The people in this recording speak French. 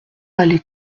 aller